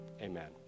Amen